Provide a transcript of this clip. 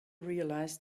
realized